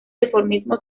dimorfismo